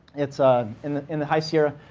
it's ah in the in the high sierra.